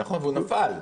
נכון, והוא נפל.